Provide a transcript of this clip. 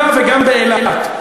גם ביהודה וגם באילת,